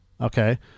okay